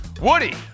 Woody